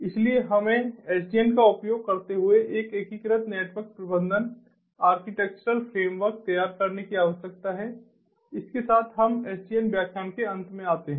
इसलिए हमें SDN का उपयोग करते हुए एक एकीकृत नेटवर्क प्रबंधन आर्किटेक्चरल फ्रेमवर्क तैयार करने की आवश्यकता है इसके साथ हम SDN व्याख्यान के अंत में आते हैं